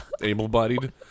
able-bodied